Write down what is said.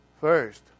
First